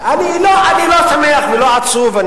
אני לא שמח ולא עצוב,